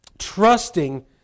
trusting